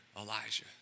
Elijah